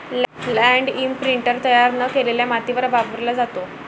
land imprinter तयार न केलेल्या मातीवर वापरला जातो